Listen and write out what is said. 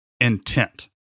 intent